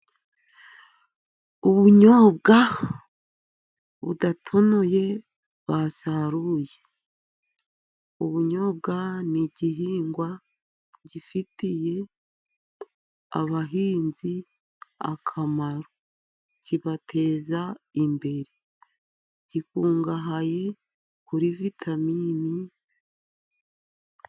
Ubunyobwa budatonoye basaruye, ubunyobwa ni igihingwa gifitiye abahinzi akamaro, kibateza imbere gikungahaye kuri vitamini.